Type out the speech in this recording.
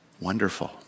Wonderful